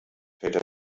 fällt